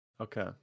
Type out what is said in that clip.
Okay